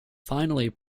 finally